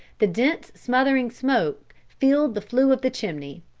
the dense smothering smoke filled the flue of the chimney.